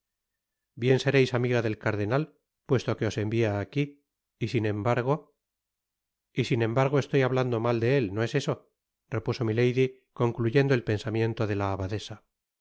bien sereis amiga del cardenal puestoque os envia aqui y sin embargo y sin embargo estoy hablando mal de el no es eso repuso milady concluyendo el pensamiento de la abadesa